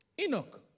Enoch